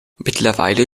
mittlerweile